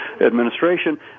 administration